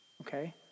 okay